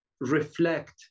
reflect